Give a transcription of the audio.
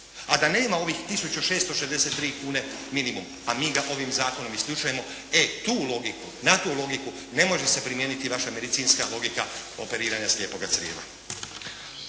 a da nema ovih tisuću 663 kune minimum, a mi ga ovim zakonom isključujemo, e tu logiku, na tu logiku ne može se primijeniti vaša medicinska logika operiranja slijepoga crijeva.